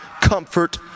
comfort